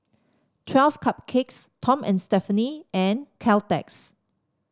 Twelve Cupcakes Tom and Stephanie and Caltex